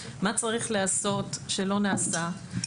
מה צריך להיעשות שלא נעשה?